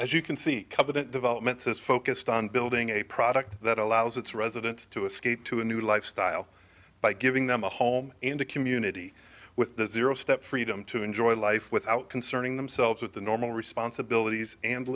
as you can see the development is focused on building a product that allows its residents to escape to a new lifestyle by giving them a home and a community with zero step freedom to enjoy life without concerning themselves with the normal responsibilities and